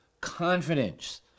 confidence